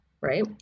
right